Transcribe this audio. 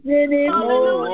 anymore